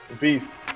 Peace